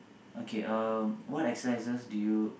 okay um what exercises do you